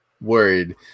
worried